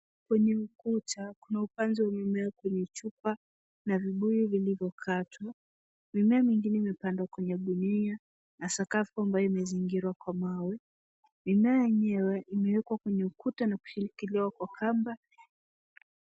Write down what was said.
Kwenye ukuta kuna upanzi wa mimea kwenye chupa na vibuyu vilivyokatwa. Mimea mingine imepandwa kwenye gunia na sakafu ambayo imezingirwa kwa mawe. Mimea yenyewe imewekwa kwenye ukuta na kushikiliwa kwa kamba.